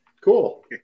Cool